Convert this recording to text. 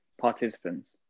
participants